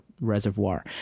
reservoir